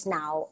now